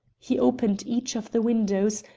he opened each of the windows,